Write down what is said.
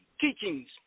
teachings